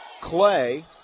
Clay